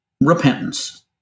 Repentance